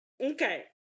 okay